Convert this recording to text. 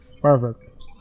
Perfect